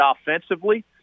offensively